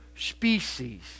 species